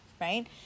right